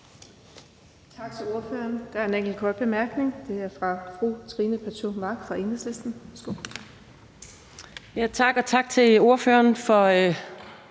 Tak til ordføreren. Der er en enkelt kort bemærkning. Den er fra fru Trine Pertou Mach fra Enhedslisten. Værsgo. Kl. 14:47 Trine Pertou